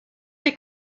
les